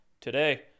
today